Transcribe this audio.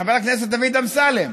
חבר הכנסת דוד אמסלם,